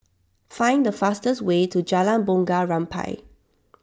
find the fastest way to Jalan Bunga Rampai